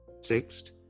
sixth